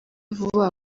vuba